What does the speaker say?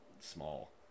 small